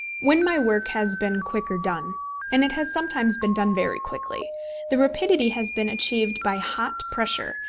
when my work has been quicker done and it has sometimes been done very quickly the rapidity has been achieved by hot pressure,